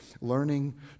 learning